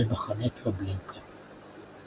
במחנה טרבלינקה.